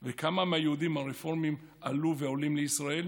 וכמה מהיהודים הרפורמים עלו ועולים לישראל?